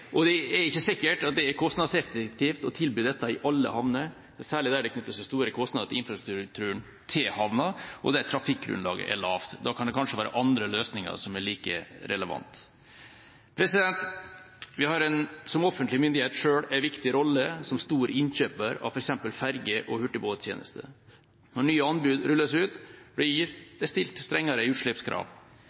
kostnadseffektivt å tilby dette i alle havner, særlig der det knytter seg store kostnader til infrastrukturen til havna, og der trafikkgrunnlaget er lavt. Da kan det kanskje være andre løsninger som er like relevante. Som offentlig myndighet har vi selv en viktig rolle som stor innkjøper av f.eks. ferge- og hurtigbåttjenester. Når nye anbud rulles ut, blir det stilt strengere utslippskrav.